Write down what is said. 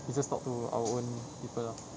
we just talk to our own people lah